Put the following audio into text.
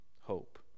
hope